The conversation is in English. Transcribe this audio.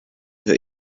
her